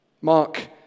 Mark